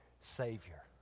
Savior